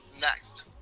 next